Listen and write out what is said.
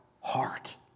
heart